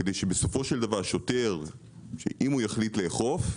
כדי שאם שוטר יחליט לאכוף,